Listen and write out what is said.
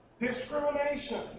discrimination